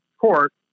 court